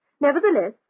Nevertheless